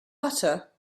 butter